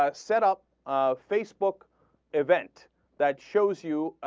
ah setup ah. face book event that shows you